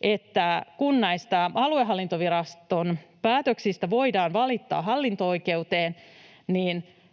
että kun näistä aluehallintoviraston päätöksistä voidaan valittaa hallinto-oikeuteen,